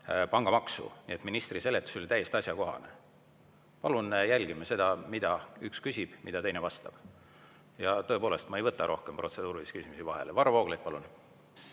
pangamaksu, nii et ministri seletus oli täiesti asjakohane. Palun jälgime seda, mida üks küsib ja teine vastab. Ja tõepoolest, ma ei võta rohkem protseduurilisi küsimusi vahele. Varro Vooglaid, palun!